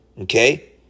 okay